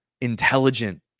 intelligent